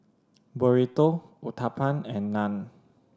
Burrito Uthapam and Naan